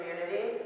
community